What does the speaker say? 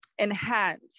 enhance